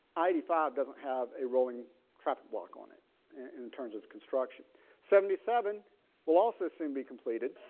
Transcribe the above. eighty five doesn't have a rolling traffic block on it. and in terms of construction seventy seven will also soon be completed.